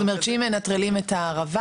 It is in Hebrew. זאת אומרת שאם היינו מנטרלים את הערבה,